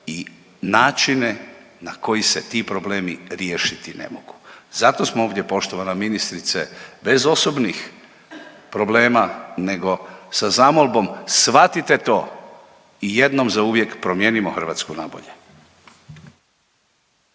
i načine na koji se ti problemi riješiti ne mogu. Zato smo ovdje, poštovana ministrice, bez osobnih problema, nego sa zamolbom, shvatite to i jednom zauvijek promijenimo Hrvatsku nabolje.